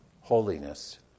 Holiness